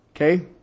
Okay